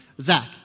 Zach